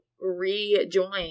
rejoin